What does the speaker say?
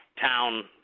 town